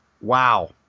Wow